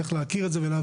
צריך להכיר את זה ולהבין,